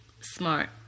smart